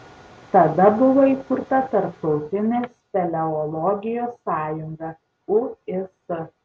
tada buvo įkurta tarptautinė speleologijos sąjunga uis